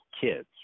kids